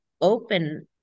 open